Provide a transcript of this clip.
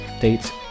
dates